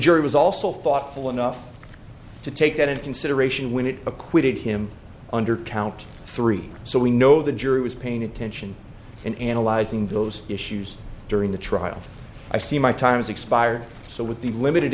jury was also thoughtful enough to take that into consideration when it acquitted him under count three so we know the jury was paying attention and analyzing those issues during the trial i see my time's expired so with the limited